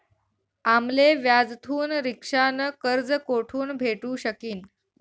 आम्ले व्याजथून रिक्षा न कर्ज कोठून भेटू शकीन